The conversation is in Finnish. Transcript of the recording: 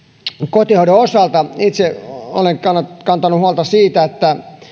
kotihoidon osalta itse olen kantanut huolta siitä että